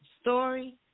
story